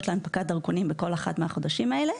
להנפקת דרכונים בכל אחד מהחודשים האלה.